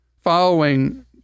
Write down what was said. following